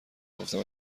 گفتم